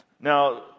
Now